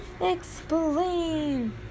Explain